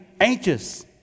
anxious